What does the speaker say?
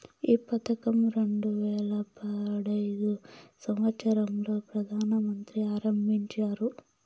ఈ పథకం రెండు వేల పడైదు సంవచ్చరం లో ప్రధాన మంత్రి ఆరంభించారు